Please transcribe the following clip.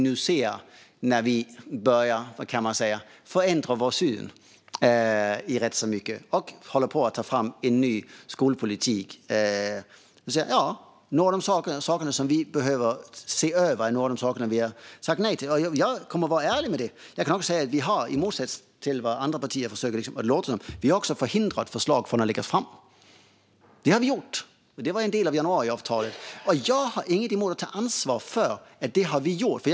Nu när vi börjar förändra vår syn på ganska mycket och håller på att ta fram en ny skolpolitik ser vi att vi behöver se över några av de saker som vi har sagt nej till. Det kommer jag att vara ärlig med. Jag kan också säga att vi, i motsats till vad andra partier försöker få det att låta som, har hindrat förslag från att läggas fram. Det var en del av januariavtalet. Jag har inget emot att ta ansvar för att vi har gjort det.